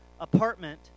apartment